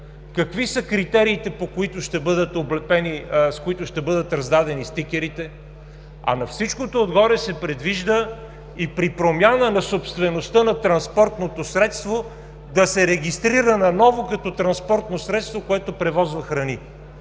какви са критериите, по които ще бъдат раздадени стикерите? На всичкото отгоре се предвижда и при промяна на собствеността на транспортното средство да се регистрира наново като транспортно средство, което превозва храни.